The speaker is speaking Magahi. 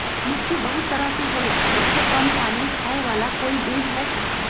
मिर्ची बहुत तरह के होला सबसे कम पानी खाए वाला कोई बीज है का?